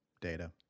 data